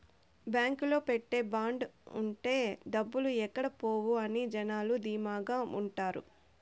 బాంకులో పెట్టే బాండ్ ఉంటే డబ్బులు ఎక్కడ పోవు అని జనాలు ధీమాగా ఉంటారు